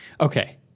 Okay